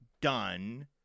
done